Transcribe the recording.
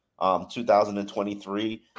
2023